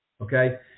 okay